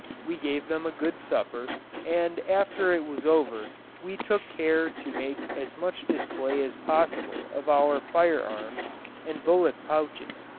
we gave them a good supper and after it was over we took care to make as much display as possible of our firearms and bullet-pouches,